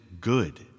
good